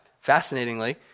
fascinatingly